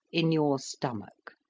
in your stomach?